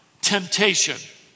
temptation